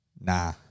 Nah